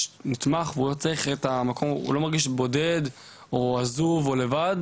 נתמך והוא לא מרגיש בודד או עזוב או לבד,